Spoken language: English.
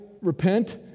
repent